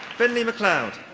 finlay macleod.